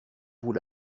vous